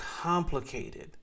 complicated